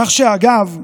כך שאגב,